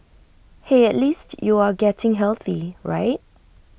hey at least you are getting healthy right